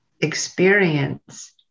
Experience